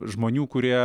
žmonių kurie